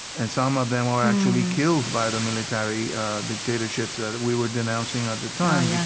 and some of them were actually killed by the military dictatorships yeah that we were denouncing ah at the time. yeah